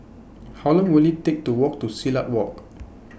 How Long Will IT Take to Walk to Silat Walk